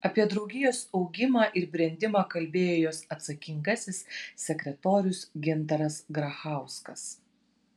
apie draugijos augimą ir brendimą kalbėjo jos atsakingasis sekretorius gintaras grachauskas